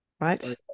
Right